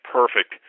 perfect